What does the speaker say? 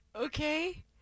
Okay